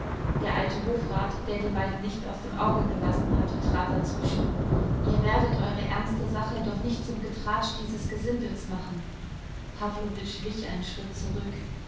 der alte hofrat der die beiden nicht aus dem auge gelassen hatte trat dazwischen ihr werdet eure ernste sache doch nicht zum getratsch dieses gesindels machen pawlowitsch wich einen schritt zurück